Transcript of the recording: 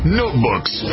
notebooks